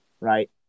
right